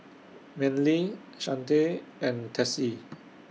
Manley Shante and Tessie